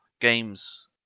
games